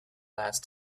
last